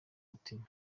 mutima